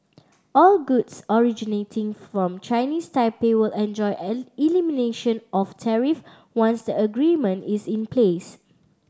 all goods originating from Chinese Taipei will enjoy elimination of tariffs once a agreement is in place